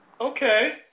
Okay